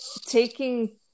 taking